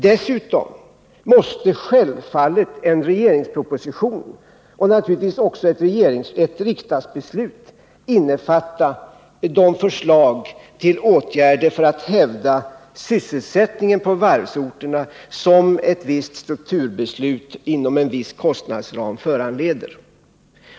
Dessutom måste självfallet en regeringsproposition, och också ett riksdagsbeslut, innefatta de förslag till åtgärder för att hävda sysselsättningen på varvsorterna som ett visst strukturbeslut inom en viss kostnadsram föranleder.